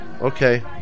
Okay